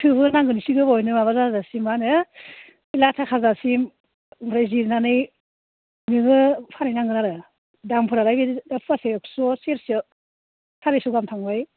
थोबहोनांगोन एसे गोबावैनो माबा जाजासिम मा होनो लाथा खाजासिम ओमफ्राय जिरनानै नोङो फानहैनांगोन आरो दामफोरालाय बिदिनो फवासेआव एक्स' सेरसेआव सारिस' गाहाम थांबाय